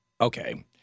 okay